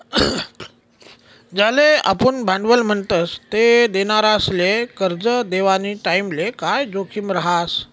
ज्याले आपुन भांडवल म्हणतस ते देनारासले करजं देवानी टाईमले काय जोखीम रहास